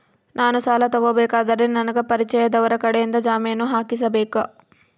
ನಾನು ಸಾಲ ತಗೋಬೇಕಾದರೆ ನನಗ ಪರಿಚಯದವರ ಕಡೆಯಿಂದ ಜಾಮೇನು ಹಾಕಿಸಬೇಕಾ?